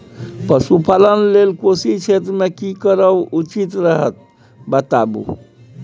पशुपालन लेल कोशी क्षेत्र मे की करब उचित रहत बताबू?